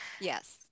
Yes